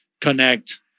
connect